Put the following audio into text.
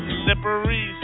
slippery